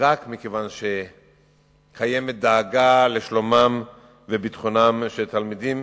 רק מכיוון שקיימת דאגה לשלומם וביטחונם של תלמידים